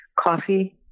Coffee